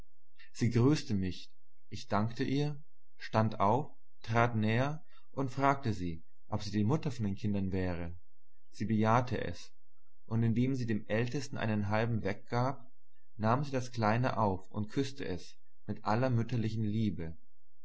sie grüßte mich ich dankte ihr stand auf trat näher hin und fragte sie ob sie mutter von den kindern wäre sie bejahte es und indem sie dem ältesten einen halben weck gab nahm sie das kleine auf und küßte es mit aller mütterlichen liebe